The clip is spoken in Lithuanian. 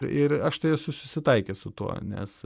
ir aš tai esu susitaikęs su tuo nes